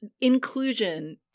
inclusion